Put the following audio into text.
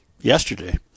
Yesterday